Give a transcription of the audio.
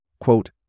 quote